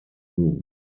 room